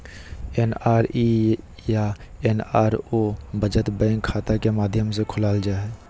NRE या NRO बचत bank खाता के माध्यम से खोलल जा हइ